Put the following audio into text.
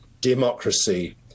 democracy